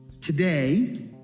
Today